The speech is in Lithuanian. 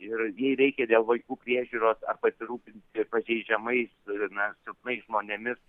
ir jei reikia dėl vaikų priežiūros ar pasirūpinti pažeidžiamais ir na silpnais žmonėmis